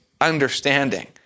understanding